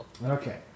Okay